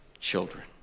children